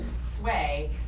sway